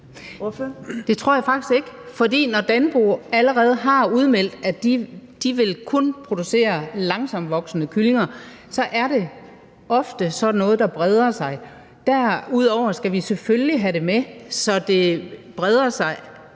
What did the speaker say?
Det tror jeg faktisk ikke. For når Danpo allerede har udmeldt, at de kun vil producere langsomtvoksende kyllinger, så er det ofte sådan noget, der breder sig. Derudover skal vi selvfølgelig have det med, så der også breder sig